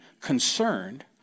concerned